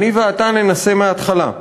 // אני ואתה ננסה מהתחלה,